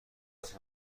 است